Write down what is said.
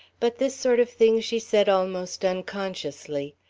but this sort of thing she said almost unconsciously,